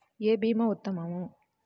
ఏ భీమా ఉత్తమము?